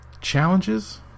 Challenges